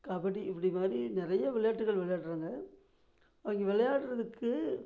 கபடி இப்படி மாதிரி நிறைய விளையாட்டுகள் விளையாடுறாங்க அவங்க விளையாடுறதுக்கு